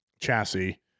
chassis